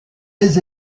des